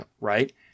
right